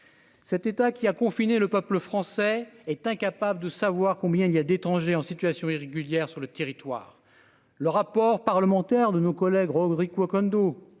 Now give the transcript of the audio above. Cet État qui a confiné le peuple français est incapable de savoir combien il y a d'étrangers en situation irrégulière sur le territoire, le rapport parlementaire de nos collègues gris quoi